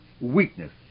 weakness